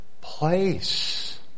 place